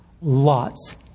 Lots